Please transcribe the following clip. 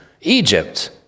Egypt